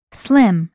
slim